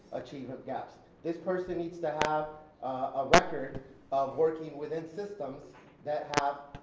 achievement gaps. this person needs to have a record of working within systems that have,